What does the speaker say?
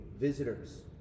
visitors